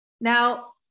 Now